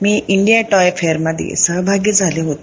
मी India toy फेयरमध्ये सहभागी झाली होती